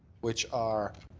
which are